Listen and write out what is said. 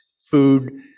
food